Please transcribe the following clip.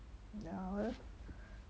ya but